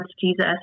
Jesus